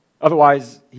Otherwise